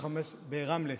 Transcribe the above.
ברמלה.